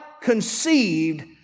conceived